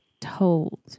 told